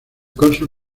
cónsul